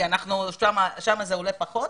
כי שם זה עולה פחות?